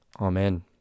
Amen